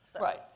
Right